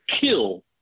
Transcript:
kill